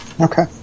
Okay